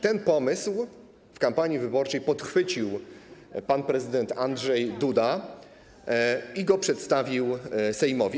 Ten pomysł w kampanii wyborczej podchwycił pan prezydent Andrzej Duda i go przedstawił Sejmowi.